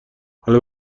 حالا